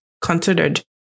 considered